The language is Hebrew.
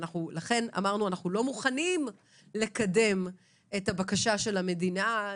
לכן אמרנו שאנחנו לא מוכנים לקדם את הבקשה של המדינה,